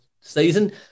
season